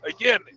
again